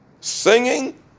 Singing